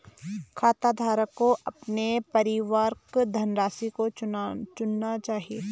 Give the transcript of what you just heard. खाताधारक को अपने परिपक्व धनराशि को चुनना चाहिए